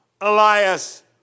Elias